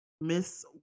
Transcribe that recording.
Miss